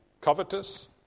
covetous